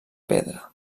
pedra